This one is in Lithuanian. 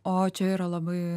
o čia yra labai